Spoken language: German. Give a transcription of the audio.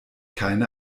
keine